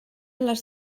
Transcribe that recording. les